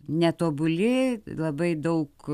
netobuli labai daug